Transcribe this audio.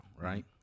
Right